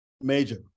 Major